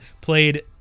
played